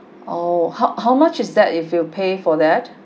oh how how much is that if you pay for that